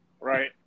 Right